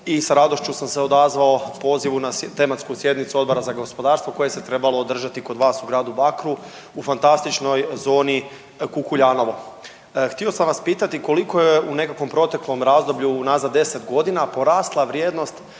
i s radošću sam se odazvao pozivu na tematsku sjednicu Odbora za gospodarstvo koje se trebalo održati kod vas u gradu Bakru u fantastičnoj zoni Kukuljanovo. Htio sam vas pitati koliko je u nekakvom proteklom razdoblju unazad 10 godina porasla vrijednost